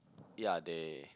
ya they